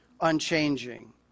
unchanging